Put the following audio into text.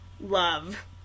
love